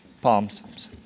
palms